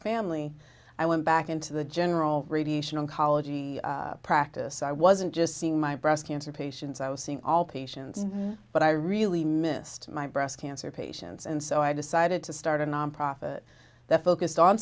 family i went back into the general radiation oncology practice i wasn't just seeing my breast cancer patients i was seeing all patients but i really missed my breast cancer patients and so i decided to start a nonprofit that focused on